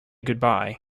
goodbye